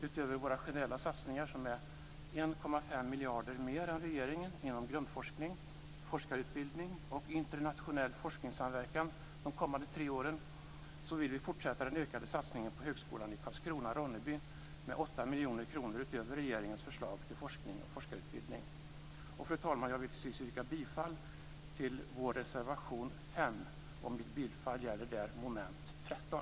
Utöver våra generella satsningar som är 1,5 miljarder mer än regeringen inom grundforskning, forskarutbildning och internationell forskningssamverkan de kommande tre åren, vill vi fortsätta den ökade satsningen på Högskolan i Karlskrona/Ronneby med 8 miljoner kronor utöver regeringens förslag till forskning och forskarutbildning. Fru talman! Jag vill till sist yrka bifall till vår reservation 5. Mitt bifall gäller där moment 13.